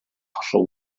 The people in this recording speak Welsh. hollol